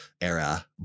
era